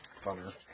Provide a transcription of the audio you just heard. Funner